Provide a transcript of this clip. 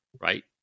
right